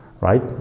right